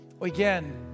again